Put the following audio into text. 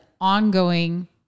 ongoing